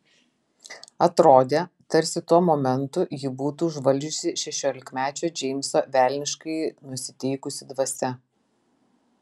atrodė tarsi tuo momentu jį būtų užvaldžiusi šešiolikmečio džeimso velniškai nusiteikusi dvasia